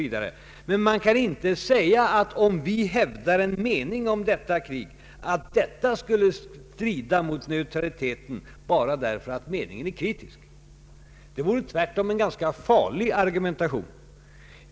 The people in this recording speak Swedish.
Vv... men man kan inte säga att om vi hävdar en mening om detta krig detta skulle strida mot neutraliteten bara därför att meningen är kritisk. Det vore tvärtom en ganska farlig argumentation.